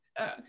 okay